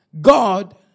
God